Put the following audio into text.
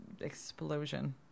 explosion